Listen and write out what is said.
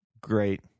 great